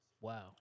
Wow